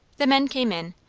the men came in,